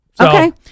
Okay